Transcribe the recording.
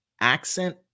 accent